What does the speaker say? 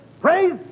Praise